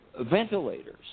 ventilators